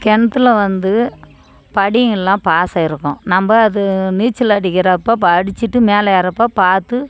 கிணத்துல வந்து படிங்கெல்லாம் பாசை இருக்கும் நம்ப அது நீச்சல் அடிக்கிறப்போ பா அடிச்சிகிட்டு மேலே ஏர்றப்போ பார்த்து